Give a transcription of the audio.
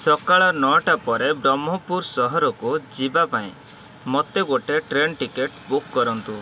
ସକାଳ ନଅଟା ପରେ ବ୍ରହ୍ମପୁର ସହରକୁ ଯିବା ପାଇଁ ମୋତେ ଗୋଟିଏ ଟ୍ରେନ୍ ଟିକେଟ୍ ବୁକ୍ କରନ୍ତୁ